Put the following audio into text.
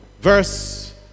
Verse